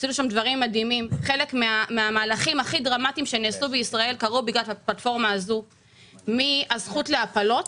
עשינו שם דברים רבים, הזכות להפלות,